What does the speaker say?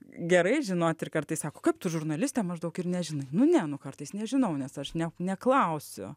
gerai žinoti ir kartais sako kaip tu žurnalistė maždaug ir nežinai nu ne nu kartais nežinau nes aš ne neklausiu